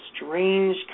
strange